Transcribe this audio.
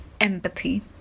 empathy